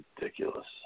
ridiculous